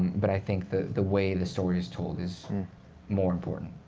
but i think the the way the story is told is more important.